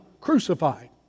crucified